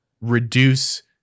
reduce